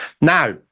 Now